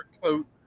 coat